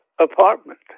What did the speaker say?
apartment